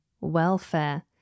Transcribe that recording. Welfare